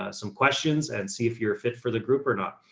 ah some questions and see if you're a fit for the group or not.